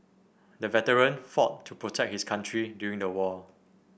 the veteran fought to protect his country during the war